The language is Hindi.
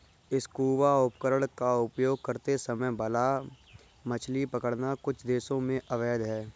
स्कूबा उपकरण का उपयोग करते समय भाला मछली पकड़ना कुछ देशों में अवैध है